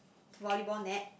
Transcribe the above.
volleyball net